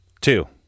Two